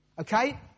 Okay